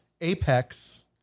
apex